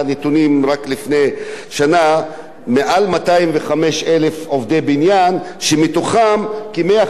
יש מעל 205,000 עובדי בניין ומתוכם כ-150,000 עובדים אזרחי מדינת ישראל.